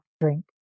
drink